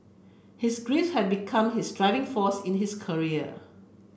his grief had become his driving force in his career